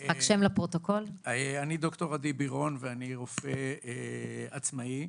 אני רופא עצמאי,